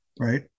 right